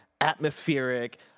atmospheric